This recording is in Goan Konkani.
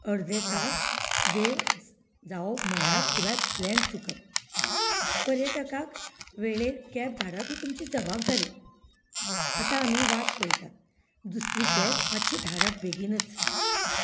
अर्दे तास वेळ जावप म्हळ्यार पुराय प्लेन चुकप पर्यटकाक वेळेर कॅब धाडप ही तुमची जाबाबदारी आतां आमी वाट पळयतात दुसरी कॅब मातशे धाडात बेगीनच